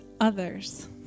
others